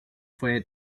fue